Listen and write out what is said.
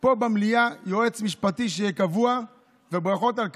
פה במליאה יועץ משפטי שיהיה קבוע, וברכות על כך.